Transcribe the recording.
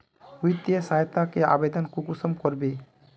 वित्तीय सहायता के आवेदन कुंसम करबे?